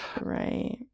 right